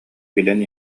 билэн